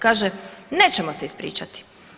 Kaže, nećemo se ispričati.